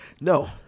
No